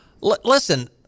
Listen